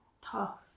Tough